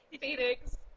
Phoenix